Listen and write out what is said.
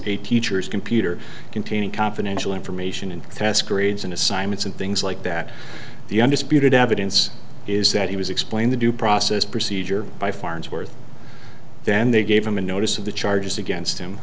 a teacher's computer containing confidential information in protest grades and assignments and things like that the undisputed evidence is that he was explain the due process procedure by farnsworth then they gave him a notice of the charges against him